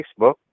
Facebook